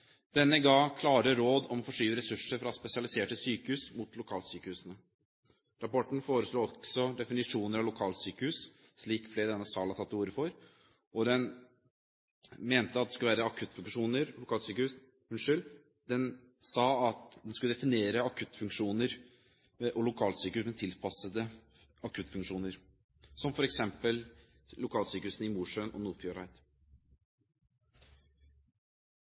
Denne ga klare råd om å forskyve ressurser fra spesialiserte sykehus mot lokalsykehusene. Rapporten foreslo også definisjoner av lokalsykehus, slik flere i denne salen har tatt til orde for, med akuttfunksjoner og lokalsykehus med tilpassede akuttfunksjoner, som f.eks. lokalsykehusene i Mosjøen og